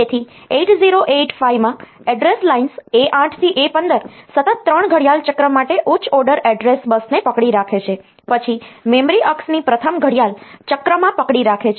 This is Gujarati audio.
તેથી 8085 માં એડ્રેસ લાઇન્સ A8 થી A15 સતત 3 ઘડિયાળ ચક્ર માટે ઉચ્ચ ઓર્ડર એડ્રેસ બસને પકડી રાખે છે પછી મેમરી અક્ષની પ્રથમ ઘડિયાળ ચક્રમાં પકડી રાખે છે